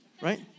right